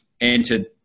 entered